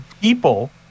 people